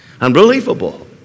Unbelievable